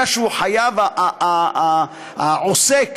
אלא שהעוסק